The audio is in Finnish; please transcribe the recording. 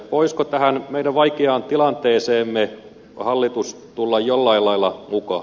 voisiko tähän meidän vaikeaan tilanteeseemme hallitus tulla jollain lailla mukaan